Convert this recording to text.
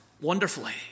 wonderfully